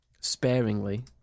sparingly